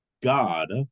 god